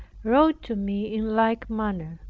wrote to me in like manner.